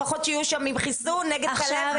לפחות שיהיו שם עם חיסון נגד כלבת.